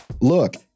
Look